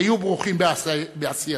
היו ברוכים בעשייתכם.